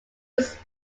was